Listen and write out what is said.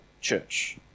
church